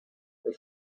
was